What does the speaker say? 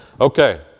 okay